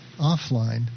offline